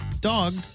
dog